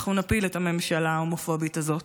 אנחנו נפיל את הממשלה ההומופובית הזאת,